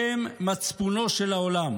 הם מצפונו של העולם.